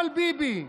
אבל ביבי.